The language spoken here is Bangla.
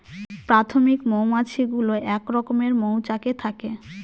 প্রাথমিক মধুমাছি গুলো এক রকমের মৌচাকে থাকে